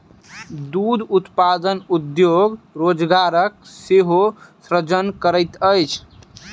दूध उत्पादन उद्योग रोजगारक सेहो सृजन करैत अछि